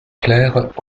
clair